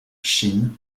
chine